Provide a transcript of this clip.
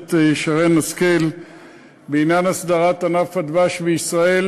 הכנסת שרן השכל בעניין הסדרת ענף הדבש בישראל